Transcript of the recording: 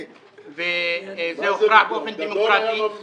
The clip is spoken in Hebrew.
זה הוכרע באופן